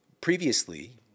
Previously